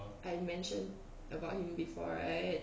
I mention about him before right